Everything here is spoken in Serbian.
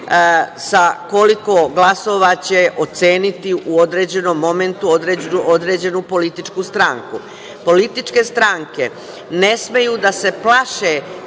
sa koliko glasova će oceniti u određenom momentu, određenu političku stranku. Političke stranke ne smeju da se plaše